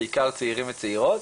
בעיקר צעירים וצעירות.